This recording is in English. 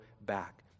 back